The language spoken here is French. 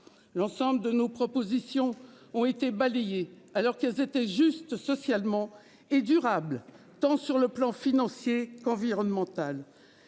L'ensemble de nos propositions ont été balayés alors qu'elles étaient juste socialement et durable, tant sur le plan financier qu'environnemental,